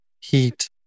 heat